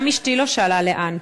גם אשתי לא שאלה לאן,